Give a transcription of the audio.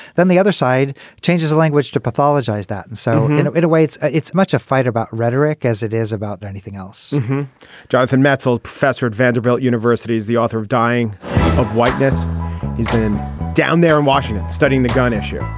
then the other side changes the language to pathologize that. and so, you know, in a way, it's it's much a fight about rhetoric as it is about anything else jonathan metzl, professor at vanderbilt university, is the author of dying of whiteness he's been down there in washington studying the gun issue.